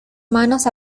manos